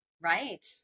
right